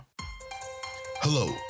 Hello